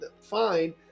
fine